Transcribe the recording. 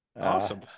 awesome